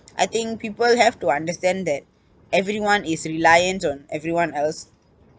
I think people have to understand that everyone is reliant on everyone else